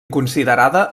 considerada